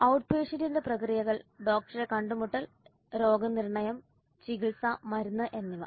ഔട്ട്പേഷ്യന്റിന്റെ പ്രക്രിയകൾ ഡോക്ടറെ കണ്ടുമുട്ടൽ രോഗനിർണയം ചികിത്സ മരുന്ന് എന്നിവ